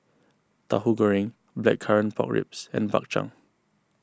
Tauhu Goreng Blackcurrant Pork Ribs and Bak Chang